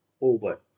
over